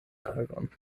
tagon